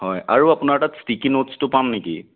হয় আৰু আপোনাৰ তাৰ ষ্টিকি নোটছটো পাম নেকি